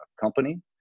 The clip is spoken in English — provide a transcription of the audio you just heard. company